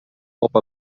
copa